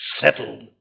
settled